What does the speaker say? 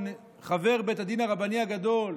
חבר בית הדין הרבני הגדול,